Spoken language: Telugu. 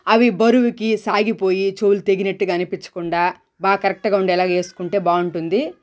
అవి బరువుకి సాగిపోయి చెవులు తెగినట్టుగా అనిపించకుండా బాగా కరెక్ట్గా ఉండేలాగా వేసుకుంటే బాగుంటుంది